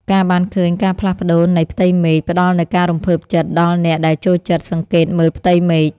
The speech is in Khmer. ការបានឃើញការផ្លាស់ប្តូរនៃផ្ទៃមេឃ ផ្តល់នូវការរំភើបចិត្តដល់អ្នកដែលចូលចិត្តសង្កេតមើលផ្ទៃមេឃ។